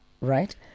right